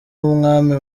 umwami